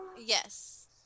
Yes